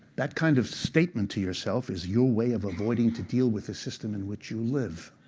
that kind of statement to yourself is your way of avoiding to deal with the system in which you live.